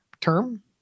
term